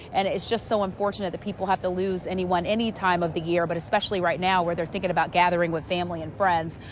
and it is just so unfortunate that people have to lose anyone any time of the year, but especially right now when they're thinking about gathering with family and friends.